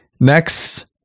next